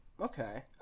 Okay